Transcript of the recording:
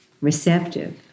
receptive